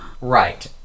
Right